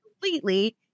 completely